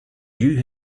you